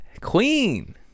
queen